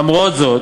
למרות זאת,